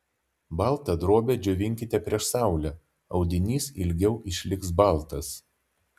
baltą drobę džiovinkite prieš saulę audinys ilgiau išliks baltas